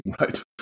right